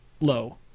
low